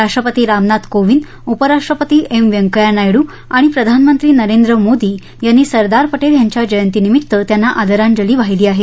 राष्ट्रपती रामनाथ कोविंद उपराष्ट्रपती एम व्यंकय्या नायडू आणि प्रधानमंत्री नरेंद्र मोदी यांनी सरदार पटेल यांच्या जयंती निमित्त त्यांना आदरांजली वाहिली आहे